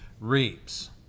reaps